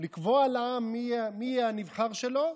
לקבוע לעם מי יהיה הנבחר שלו,